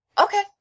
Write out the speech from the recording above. okay